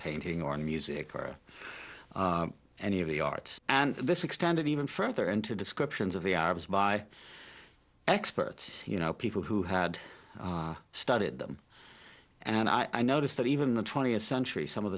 painting or in music or any of the arts and this extended even further into descriptions of the arabs by experts you know people who had studied them and i noticed that even in the twentieth century some of